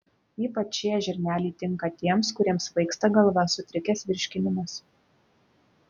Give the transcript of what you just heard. ypač šie žirneliai tinka tiems kuriems svaigsta galva sutrikęs virškinimas